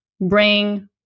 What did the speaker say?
bring